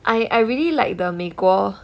I I really like the 美国